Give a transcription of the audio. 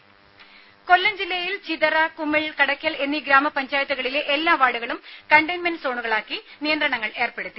രുമ കൊല്ലം ജില്ലയിൽ ചിതറ കുമ്മിൾ കടയ്ക്കൽ എന്നീ ഗ്രാമ പഞ്ചായത്തുകളിലെ എല്ലാ വാർഡുകളും കണ്ടയിൻമെന്റ് സോണുകളാക്കി നിയന്ത്രണങ്ങൾ ഏർപ്പെടുത്തി